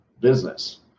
business